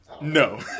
No